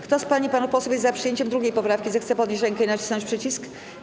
Kto z pań i panów posłów jest za przyjęciem 2. poprawki, zechce podnieść rękę i nacisnąć przycisk.